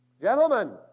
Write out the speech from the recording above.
Gentlemen